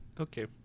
Okay